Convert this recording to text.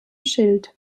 schild